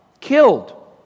killed